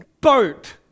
boat